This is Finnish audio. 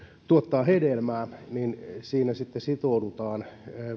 tuottaa hedelmää niin siihen sitten sitoudutaan